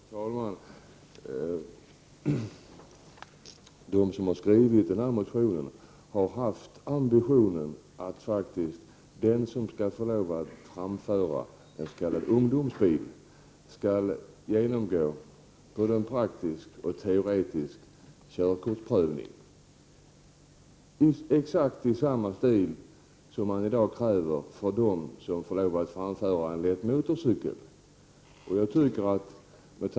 Fru talman! De som har skrivit den här motionen har haft ambitionen att den som skall få framföra en s.k. ungdomsbil skall genomgå både en praktisk och en teoretisk körkortsprövning i exakt samma stil som den som krävs för den som får lov att framföra en lätt motorcykel.